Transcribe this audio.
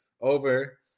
over